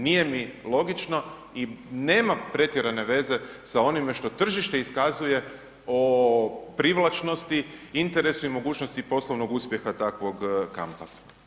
Nije mi logično i nema pretjerane veze sa onime što tržište iskazuje o privlačnosti, interesu i mogućnosti poslovnog uspjeha takvog kampa.